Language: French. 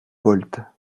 polt